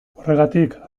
horregatik